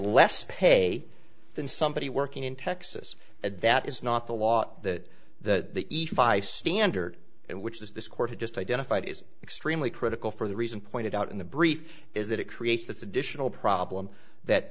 less pay than somebody working in texas that is not the law that the standard in which is this court had just identified is extremely critical for the reason pointed out in the brief is that it creates this additional problem that